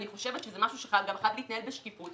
אני חושבת שזה משהו שחייב להתנהל בשקיפות.